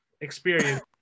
experience